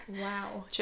Wow